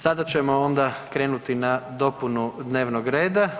Sada ćemo onda krenuti na dopunu dnevnog reda.